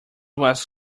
was